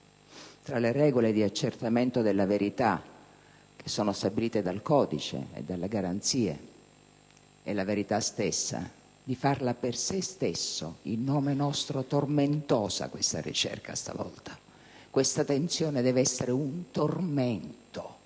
tra le regole di accertamento della verità, che sono stabilite dal codice e dalle garanzie, e la verità stessa, stavolta di farla, per se stesso e in nome nostro, tormentosa questa ricerca. Questa tensione deve essere un tormento.